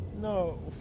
No